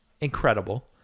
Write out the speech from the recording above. incredible